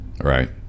Right